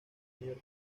mayor